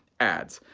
ads.